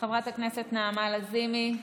חברת הכנסת נעמה לזימי,